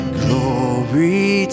glory